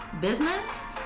business